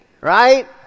Right